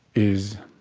is